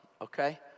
okay